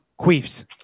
queefs